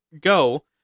go